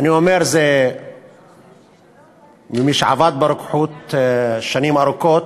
אני אומר, וכמי שעבד ברוקחות שנים ארוכות,